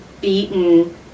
beaten